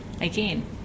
again